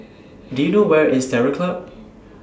Do YOU know Where IS Terror Club